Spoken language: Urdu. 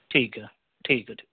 ٹھیک ہے ٹھیک ہے ٹھیک